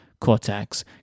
cortex